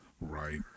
Right